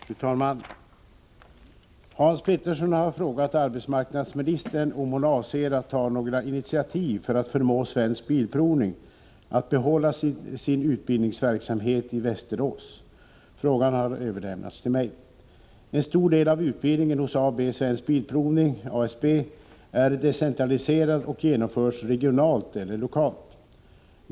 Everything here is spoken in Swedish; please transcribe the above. Fru talman! Hans Petersson i Hallstahammar har frågat arbetsmarknadsministern om hon avser att ta några initiativ för att förmå Svensk Bilprovning att behålla sin utbildningsverksamhet i Västerås. Frågan har överlämnats till mig. En stor del av utbildningen hos AB Svensk Bilprovning, ASB, är decentraliserad och genomförs regionalt eller lokalt.